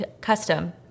custom